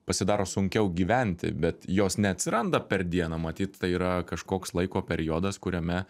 pasidaro sunkiau gyventi bet jos neatsiranda per dieną matyt tai yra kažkoks laiko periodas kuriame